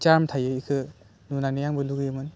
germ थायो एखौ नुनानै आंबो लुबैयोमोन